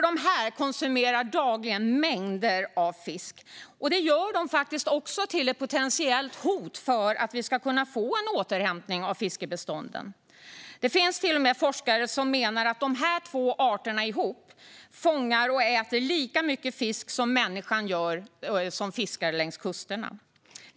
Dessa konsumerar dagligen mängder av fisk, vilket gör att de utgör ett potentiellt hot mot återhämtning av fiskebestånden. Det finns till och med forskare som menar att dessa två arterna tillsammans fångar och äter lika mycket fisk som människan fiskar upp vid kusterna.